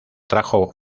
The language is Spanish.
trajo